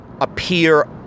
appear